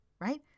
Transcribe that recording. right